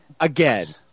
Again